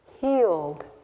healed